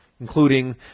including